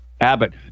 Abbott